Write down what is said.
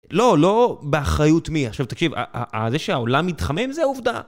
לא, לא באחריות מי. עכשיו תקשיב, זה שהעולם מתחמם זה עובדה.